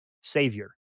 savior